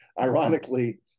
ironically